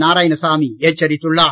நாராயணசாமி எச்சரித்துள்ளார்